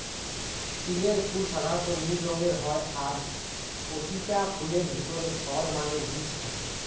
তিলের ফুল সাধারণ নীল রঙের হয় আর পোতিটা ফুলের ভিতরে ফল মানে বীজ থাকে